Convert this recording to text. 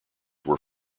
were